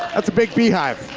that's a big beehive.